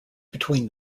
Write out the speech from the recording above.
between